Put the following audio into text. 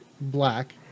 black